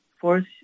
force